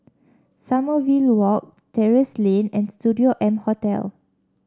Sommerville Walk Terrasse Lane and Studio M Hotel